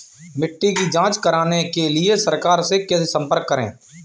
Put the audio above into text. मिट्टी की जांच कराने के लिए सरकार से कैसे संपर्क करें?